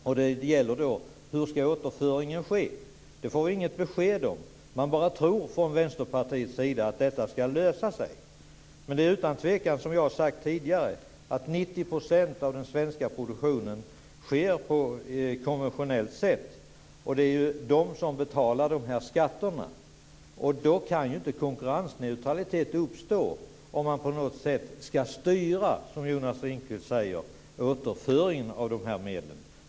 Då handlar det om hur återföringen ska ske. Det får vi inget besked om. Vänsterpartiet bara tror att detta problem ska lösas. Men utan tvekan sker, som jag har sagt tidigare, 90 % av den svenska produktionen på konventionellt sätt. Det är ju dessa producenter som betalar dessa skatter. Och konkurrensneutralitet kan ju inte uppnås om man på något sätt ska styra, som Jonas Ringqvist säger, återföringen av dessa medel.